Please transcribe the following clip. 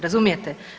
Razumijete?